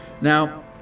Now